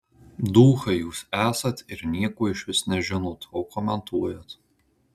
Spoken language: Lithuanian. duchai jūs esat ir nieko išvis nežinot o komentuojat